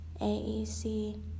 AEC